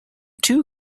two